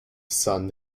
sun